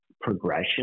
progression